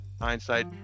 hindsight